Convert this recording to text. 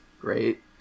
Great